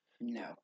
No